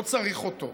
לא צריך אותו.